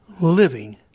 Living